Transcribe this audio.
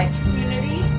Community